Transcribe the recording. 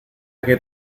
que